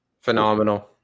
Phenomenal